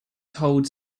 told